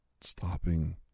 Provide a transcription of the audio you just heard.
stopping